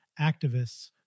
Activists